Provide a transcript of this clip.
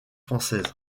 française